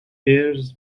اِرز